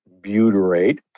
butyrate